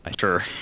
Sure